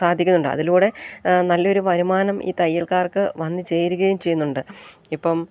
സാധിക്കുന്നുണ്ട് അതിലൂടെ നല്ലൊരു വരുമാനം ഈ തയ്യൽക്കാർക്ക് വന്ന് ചേരുകയും ചെയ്യുന്നുണ്ട് ഇപ്പം